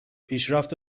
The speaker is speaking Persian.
پیشرفت